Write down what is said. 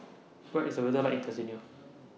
What IS The weather like in Tanzania